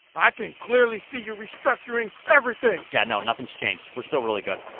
i can clearly see you restructuring everything. yeah, no. nothing's changed. we're still really good.